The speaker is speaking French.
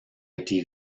été